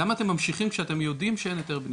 למה אתם ממשיכים כשאתם יודעים שאין היתר בנייה?